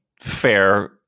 fair